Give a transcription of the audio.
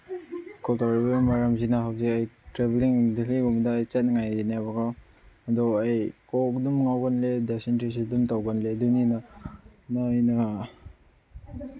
call ꯇꯧꯔꯛꯏꯕ ꯃꯔꯝꯁꯤꯅ ꯍꯧꯖꯤꯛ ꯑꯩ ꯇ꯭ꯔꯦꯕꯦꯂꯤꯡ ꯂꯦꯜꯂꯤꯒꯨꯝꯕ ꯆꯠꯅꯤꯡꯉꯥꯏꯒꯤꯅꯦꯕꯀꯣ ꯑꯗꯣ ꯑꯩ ꯀꯣꯛ ꯑꯗꯨꯝ ꯉꯥꯎꯒꯜꯂꯦ ꯗꯥꯏꯁꯦꯟꯇ꯭ꯔꯤꯁꯨ ꯑꯗꯨꯝ ꯇꯧꯒꯜꯂꯦ ꯑꯗꯨꯅꯤꯅ ꯃꯣꯏꯅ